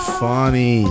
funny